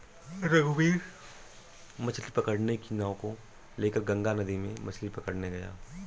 रघुवीर मछ्ली पकड़ने की नाव को लेकर गंगा नदी में मछ्ली पकड़ने गया